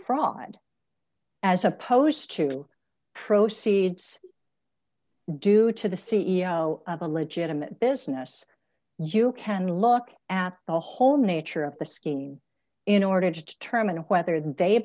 fraud as opposed to proceed due to the c e o of a legitimate business you can look at the whole nature of the scheme in order to determine whether